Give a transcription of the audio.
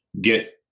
get